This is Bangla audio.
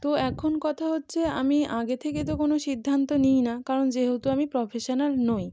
তো এখন কথা হচ্ছে আমি আগে থেকে তো কোনও সিদ্ধান্ত নিই না কারণ যেহেতু আমি প্রফেশনাল নই